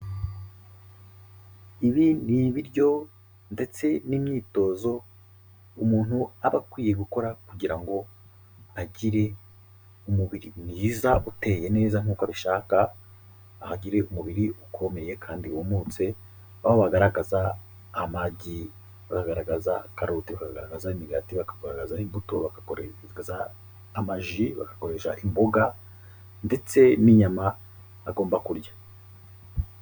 Ibi ni ibiryo ndetse n'imyitozo umuntu aba akwiye gukora kugira ngo agire umubiri mwiza, uteye neza nk'uko abishaka ahagire umubiri ukomeye kandi wmutse aho bagaragaza amagi, bagaragaza karoti, bakagaragaza imigati, bakagaragaza imbuto, bagakora amaji bagakoresha imboga ndetse n'inyama agomba kurya.